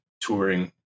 touring